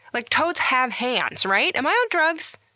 like toads have hands. right? am i on drugs?